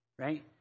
Right